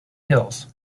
hills